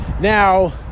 now